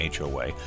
HOA